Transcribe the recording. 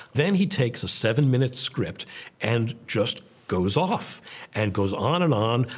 then he takes a seven-minute script and just goes off and goes on and on,